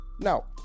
Now